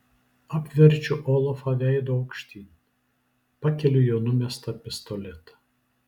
apverčiu olafą veidu aukštyn pakeliu jo numestą pistoletą